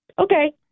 Okay